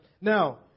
Now